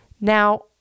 Now